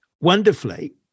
wonderfully